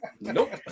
nope